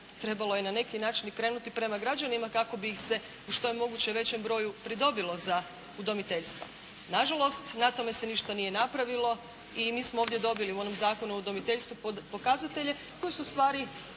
trebalo je na neki način krenuti prema građanima kako bi ih se u što je moguće većem broju pridobilo za udomiteljstva. Nažalost, na tome se ništa nije napravilo i mi smo ovdje dobili u onom Zakonu o udomiteljstvu koji su ustvari